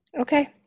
Okay